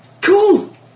Cool